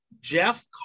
jeff